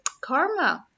Karma